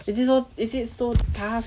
it is or is it so tough